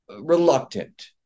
reluctant